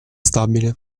stabile